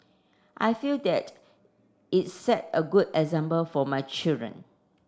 I feel that it set a good example for my children